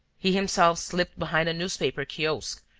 he himself slipped behind a newspaper-kiosk,